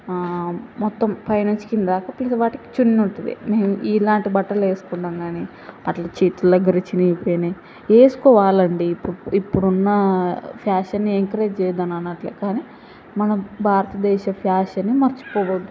మొత్తం పై నుంచి క్రింది దాకా మిగతా వాటికి చున్నీ ఉంటుంది మేము ఇలాంటి బట్టలు వేసుకున్నాము కానీ అట్లా చేతుల దగ్గర చినిగిపోయినవి వేసుకోవాలా అండి ఇప్పుడు ఇప్పుడున్న ఫ్యాషన్ని ఎంకరేజ్ చేయవద్దు అననట్లే కానీ మన భారతదేశ ఫ్యాషన్ని మరచిపోకూడదు